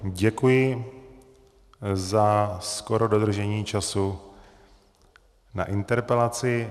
Děkuji za skoro dodržení času na interpelaci.